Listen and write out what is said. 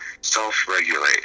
self-regulate